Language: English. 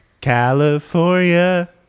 California